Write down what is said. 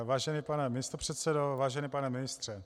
Vážený pane místopředsedo, vážený pane ministře.